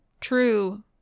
true